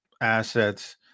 assets